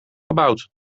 gebouwd